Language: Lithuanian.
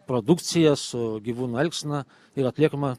produkcija su gyvūnų elgsena ir atliekama